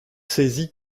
saisie